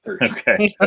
Okay